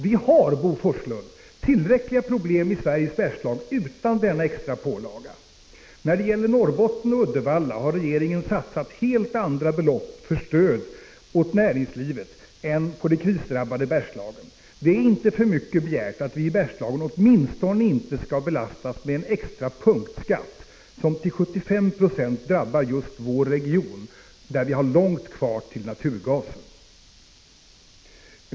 Vi har faktiskt, Bo Forslund, tillräckliga problem i Sveriges Bergslag utan denna extra pålaga. När det gäller Norrbotten och Uddevalla har regeringen satsat helt andra belopp på stöd åt näringslivet än på det krisdrabbade Bergslagen. Det är inte för mycket begärt att vi i Bergslagen åtminstone inte skall belastas med en extra punktskatt, som till 75 96 drabbar just vår region, där vi har långt kvar till naturgasen.